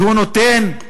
והוא נותן,